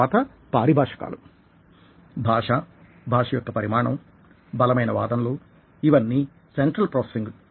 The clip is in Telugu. తర్వాత పారిభాషకాలు భాష భాష యొక్క పరిమాణం బలమైన వాదనలు ఇవన్నీ సెంట్రల్ ప్రోసెసింగ్